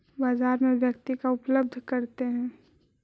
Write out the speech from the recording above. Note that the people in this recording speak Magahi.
बाजार में व्यक्ति का उपलब्ध करते हैं?